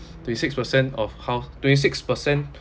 twenty six percent of hous~ twenty six percent